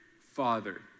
father